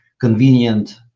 convenient